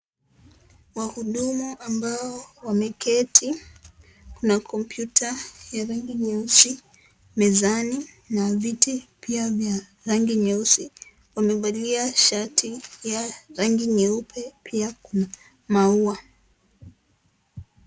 Wahudumu ambao wameketi, kuna kompyuta ya rangi nyeusi mezani na viti pia vya rangi nyeusi. Wamevalia shati ya rangi nyeupe pia kuna maua.